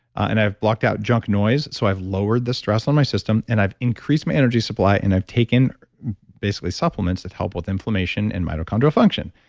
and i've blocked out junk noise so i've lowered the stress on my system and i've increased my energy supply and i've taken basically supplements that help with inflammation and mitochondrial function.